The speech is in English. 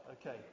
Okay